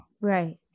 Right